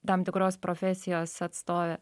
tam tikros profesijos atstovė